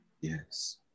Yes